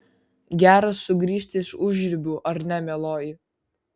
gera sugrįžti iš užribių ar ne mieloji